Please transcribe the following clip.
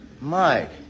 Mike